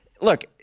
look